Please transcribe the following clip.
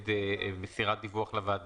יש למישהו הערות לתקנה 4?